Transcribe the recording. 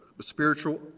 spiritual